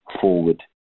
forward